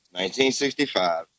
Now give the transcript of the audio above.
1965